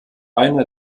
einer